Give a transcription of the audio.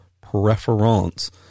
preference